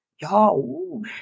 y'all